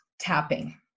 Tapping